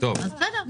אז בסדר.